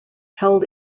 held